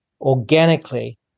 organically